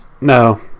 No